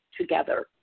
together